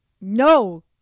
No